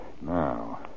Now